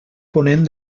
ponent